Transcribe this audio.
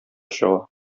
чыга